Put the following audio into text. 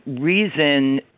reason